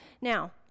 Now